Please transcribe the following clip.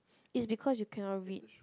it's because you cannot read